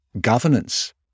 governance